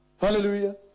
Hallelujah